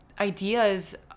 ideas